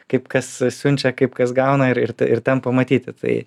kaip kas siunčia kaip kas gauna ir ir ir ten pamatyti tai